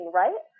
right